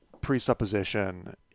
presupposition